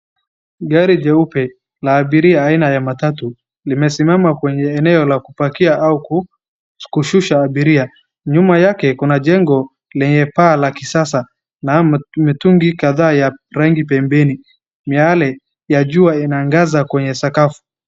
Gari jeupe la abiria aina ya matatu limesiamama kwenye eneo la kupakia au kushusha abiria. Nyuma yake kuna jengo lenye paa la kisasa na mitungi kadhaa ya rangi pembeni. Miale ya jua inaangaza kwenye sakafu.